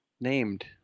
named